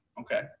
okay